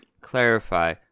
clarify